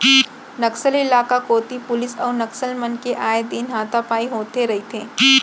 नक्सल इलाका कोती पुलिस अउ नक्सल मन के आए दिन हाथापाई होथे रहिथे